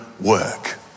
work